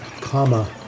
comma